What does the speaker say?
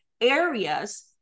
areas